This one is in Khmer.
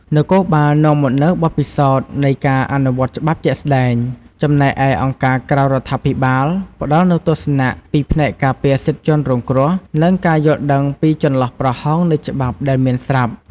នគរបាលនាំមកនូវបទពិសោធន៍នៃការអនុវត្តច្បាប់ជាក់ស្ដែង ចំណែកឯអង្គការក្រៅរដ្ឋាភិបាលផ្ដល់នូវទស្សនៈពីផ្នែកការពារសិទ្ធិជនរងគ្រោះ និងការយល់ដឹងពីចន្លោះប្រហោងនៃច្បាប់ដែលមានស្រាប់។